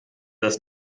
das